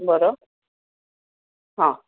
बरं हां